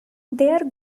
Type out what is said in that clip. there